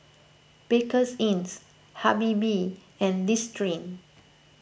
Bakerzin's Habibie and Listerine